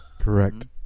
Correct